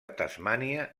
tasmània